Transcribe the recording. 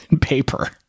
paper